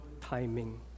timing